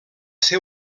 ser